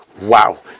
Wow